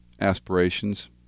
aspirations